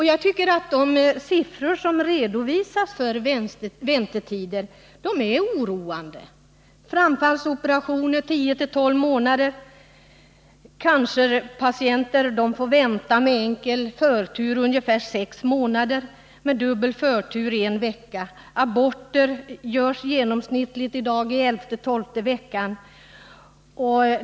Jag tycker att de siffror som redovisas för väntetider är oroande — framfallsoperationer tio till tolv månader, cancerpatienter får vänta med enkel förtur ungefär sex månader, med dubbel förtur en vecka, aborter görs genomsnittligt i dag i elfte eller tolfte veckan.